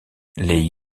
les